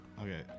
Okay